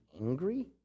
angry